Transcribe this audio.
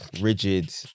rigid